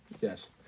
Yes